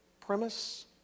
premise